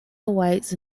awaits